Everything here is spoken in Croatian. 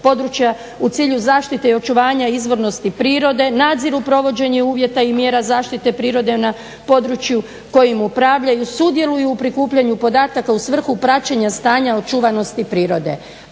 u cilju zaštite i očuvanja izvornosti prirode, nadziru provođenje uvjeta i mjera zaštite prirode na području kojim upravljaju, sudjeluju u prikupljanju podataka u svrhu praćenja stanja očuvanosti prirode,